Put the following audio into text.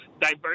diverse